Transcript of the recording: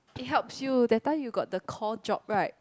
it helps you that time you got the call job right